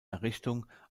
errichtung